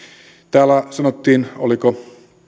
täällä sanottiin oliko